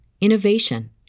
innovation